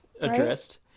addressed